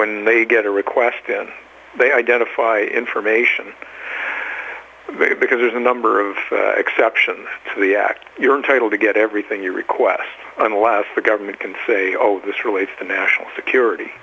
when they get a request and they identify information visit because there's a number of exceptions to the act you're entitled to get everything you request and alas the government can say oh this relates to national security